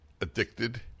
addicted